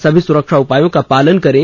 सभी सुरक्षा उपायों का पालन करें